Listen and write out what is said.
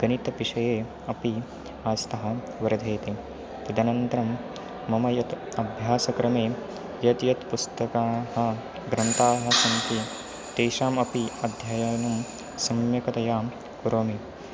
गणितपिषये अपि आस्था वर्धयति तदनन्तरं मम यत् अभ्यासक्रमे यत् यत् पुस्तिकाः ग्रन्थाः सन्ति तेषामपि अध्ययनं सम्यक्तया करोमि